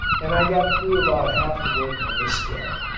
and i got through about half the work on this scale.